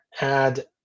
add